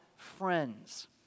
Friends